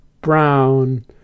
brown